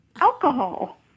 alcohol